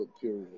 Period